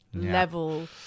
level